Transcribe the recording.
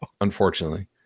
unfortunately